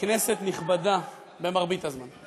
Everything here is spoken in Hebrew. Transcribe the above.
כנסת נכבדה, במרבית הזמן,